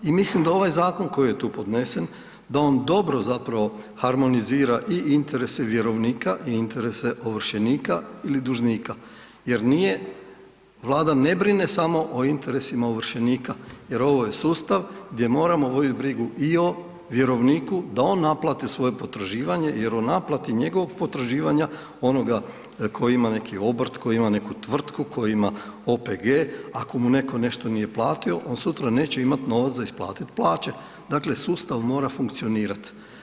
I mislim da ovaj zakon koji je tu podnesen da on dobro zapravo harmonizira i interese vjerovnika i interese ovršenika ili dužnika jer nije, Vlada ne brine samo o interesima ovršenika jer ovo je sustav gdje moramo vodit brigu i o vjerovniku da on naplati svoje potraživanje jer o naplati njegovog potraživanja, onoga koji ima neki obrt, koji ima neku tvrtku, koji ima OPG ako mu neko nešto nije platio on sutra neće imat novac za isplatit plaće, dakle sustav mora funkcionirat.